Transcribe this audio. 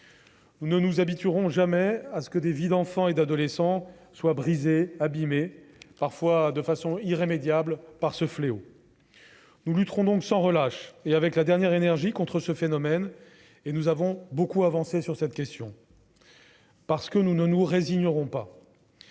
Nous ne nous habituerons jamais à ce que des vies d'enfants et d'adolescents soient brisées, abîmées, parfois de façon irrémédiable, par ce fléau. Nous lutterons donc sans relâche et avec la dernière énergie contre ce phénomène. En la matière, nous avons d'ailleurs beaucoup avancé. Nous ne nous résignerons pas.